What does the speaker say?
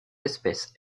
espèces